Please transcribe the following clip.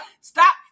stop